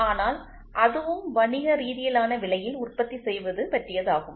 ஆனால் அதுவும் வணிகரீதியிலான விலையில் உற்பத்தி செய்வது பற்றியதாகும்